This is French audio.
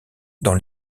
dans